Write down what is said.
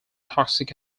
toxic